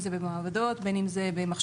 בין אם זה במעבדות,